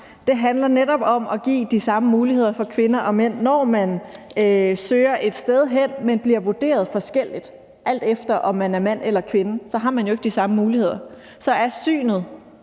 Det handler netop om at give de samme muligheder for kvinder og mænd. Når man søger et sted hen, men bliver vurderet forskelligt, alt efter om man er mand eller kvinde, har man jo ikke de samme muligheder. Så er synet